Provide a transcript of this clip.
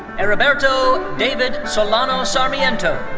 heriberto david solano sarmiento.